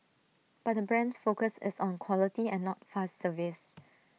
but brand's focus is on quality and not fast service